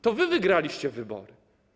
To wy wygraliście wybory.